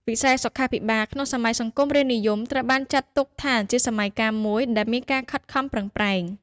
វិស័យសុខាភិបាលក្នុងសម័យសង្គមរាស្រ្តនិយមត្រូវបានចាត់ទុកថាជាសម័យកាលមួយដែលមានការខិតខំប្រឹងប្រែង។